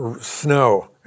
snow